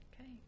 okay